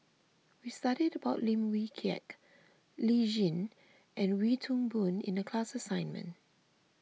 we studied about Lim Wee Kiak Lee Tjin and Wee Toon Boon in the class assignment